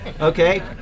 okay